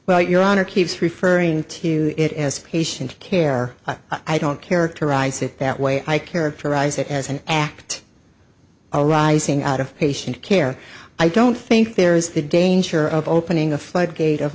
well your honor keeps referring to it as patient care i don't characterize it that way i characterize it as an act of arising out of patient care i don't think there is the danger of opening a floodgate of